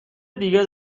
دیگه